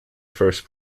first